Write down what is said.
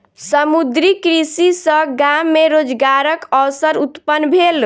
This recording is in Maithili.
समुद्रीय कृषि सॅ गाम मे रोजगारक अवसर उत्पन्न भेल